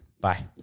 Bye